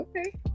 okay